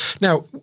now